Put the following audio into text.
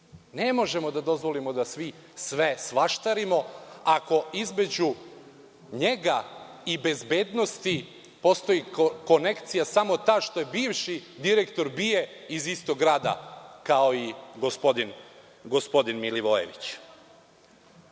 Ne možemo da dozvolimo da svi sve svaštarimo ako između njega i bezbednosti postoji konekcija samo ta što je bivši direktor BIA iz istog grada kao i gospodin Milivojević. Jednu